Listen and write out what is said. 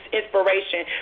inspiration